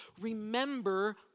remember